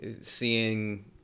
seeing